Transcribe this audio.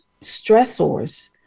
stressors